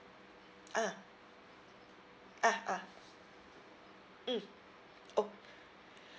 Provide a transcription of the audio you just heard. ah ah ah mm oh